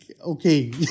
okay